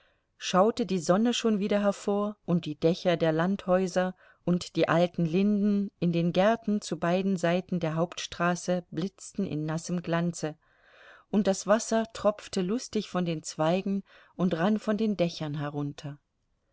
schaute die sonne schon wieder hervor und die dächer der landhäuser und die alten linden in den gärten zu beiden seiten der hauptstraße blitzten in nassem glanze und das wasser tropfte lustig von den zweigen und rann von den dächern herunter